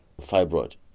fibroid